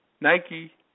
Nike